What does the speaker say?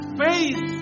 face